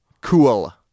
Cool